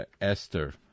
Esther